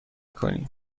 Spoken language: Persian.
کنی